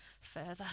further